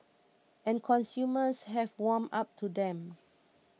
and consumers have warmed up to them